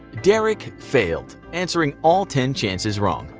derek failed, answering all ten chances wrong.